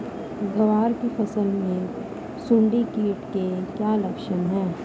ग्वार की फसल में सुंडी कीट के क्या लक्षण है?